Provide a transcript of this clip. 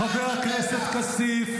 חבר הכנסת לוי.